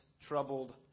troubled